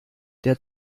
der